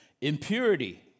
Impurity